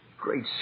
great